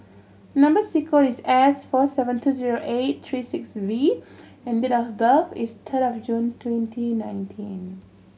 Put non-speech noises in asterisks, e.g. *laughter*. number sequence is S four seven two zero eight three six V and date of birth is *unintelligible* of June twenty nineteen